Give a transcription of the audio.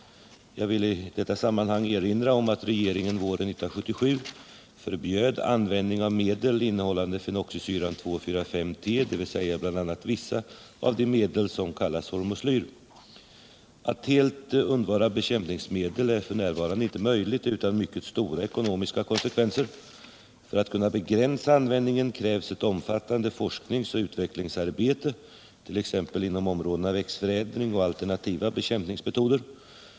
Jag vill i detta sammanhang erinra om att regeringen våren 1977 förbjöd användning av medel innehållande fenoxisyran 2,4,5-T, dvs. bl.a. vissa av de medel som kallas hormoslyr. Att helt undvara bekämpningsmedel är f. n. inte möjligt utan mycket stora ekonomiska konsekvenser. För att kunna begränsa användningen krävs ett omfattande forskningsoch utvecklingsarbete, t.ex. inom områdena växtförädling och alternativa bekämpningsmetoder.